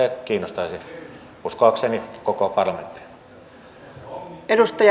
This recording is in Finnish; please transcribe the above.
se kiinnostaisi uskoakseni koko parlamenttia